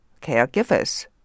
caregivers